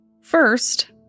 First